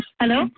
Hello